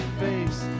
face